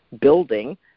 building